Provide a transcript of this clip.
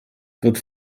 wird